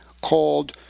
called